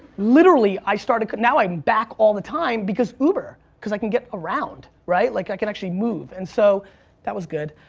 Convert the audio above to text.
literally i started, now i'm back all the time because uber, because i can get around, right? like i can actually move, and so that was good.